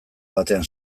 batean